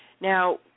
now